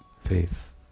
Faith